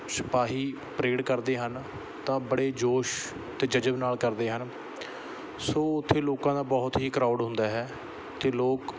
ਸਿਪਾਹੀ ਪਰੇਡ ਕਰਦੇ ਹਨ ਤਾਂ ਬੜੇ ਜੋਸ਼ ਅਤੇ ਜਜਬ ਨਾਲ ਕਰਦੇ ਹਨ ਸੋ ਉੱਥੇ ਲੋਕਾਂ ਦਾ ਬਹੁਤ ਹੀ ਕਰਾਊਡ ਹੁੰਦਾ ਹੈ ਅਤੇ ਲੋਕ